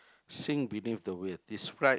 sink beneath the waves describe